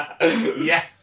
Yes